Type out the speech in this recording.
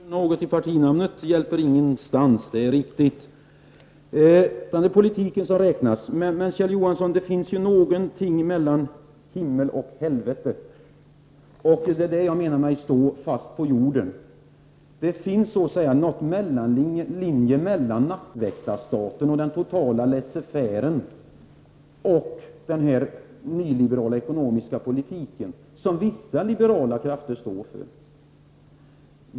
Herr talman! Det är riktigt att det inte hjälper att ta bort en bokstav i partinamnet, det är politiken som räknas. Men, Kjell Johansson, det finns någonting mellan himmel och helvete. Det är detta som jag menar med att stå fast på jorden. Det finns någon linje mellan en nattväktarstat, total laissez-faire och den nyliberala ekonomiska politiken, som vissa liberala krafter står bakom.